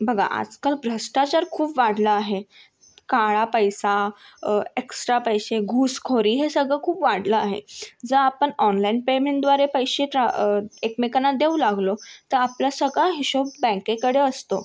बघा आजकाल भ्रष्टाचार खूप वाढला आहे काळा पैसा एक्सट्रा पैसे घूसखोरी हे सगळं खूप वाढलं आहे जर आपण ऑनलाईन पेमेंटद्वारे पैसे ट्रा एकमेकांना देऊ लागलो तर आपला सगळा हिशोब बँकेकडे असतो